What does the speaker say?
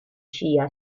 shia